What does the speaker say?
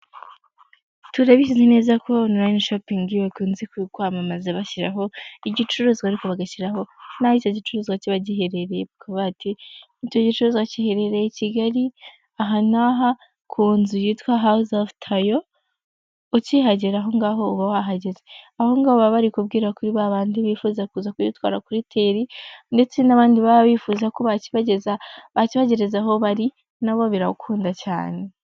Turabizizi neza ko online shoping bakunze kukwamamaza bashyiraho igicuruzwa ariko baga nahoho icyo gicuruzwa kiba giherereye. Bakavugango bati icyo gicuza giheherereye i kigali aha n'aha ku nzu yitwa HOUSE OF TAYO ukihagera aho ngaho uba wahageze. aho ngaho baba bari kubwira kuri babandi bifuza kuza kujyitwara kuri tele ndetse n'abandi baba bifuza ko bakibagereza aho bari nabo birawukunda cyane!.